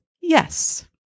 Yes